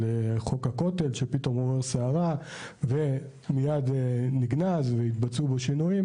כש- ׳חוק הכותל׳ עורר פתאום סערה ומיד נגנז והתבצעו בו שינויים.